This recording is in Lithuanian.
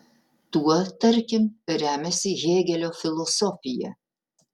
tuo tarkim remiasi hėgelio filosofija